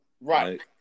Right